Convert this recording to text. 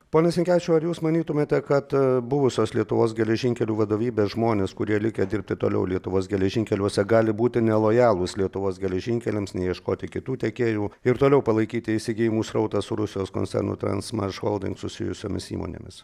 pone sinkevičiau ar jūs manytumėte kad buvusios lietuvos geležinkelių vadovybės žmonės kurie likę dirbti toliau lietuvos geležinkeliuose gali būti nelojalūs lietuvos geležinkeliams neieškoti kitų tiekėjų ir toliau palaikyti įsigijimų srautą su rusijos koncernu transmašholding susijusiomis įmonėmis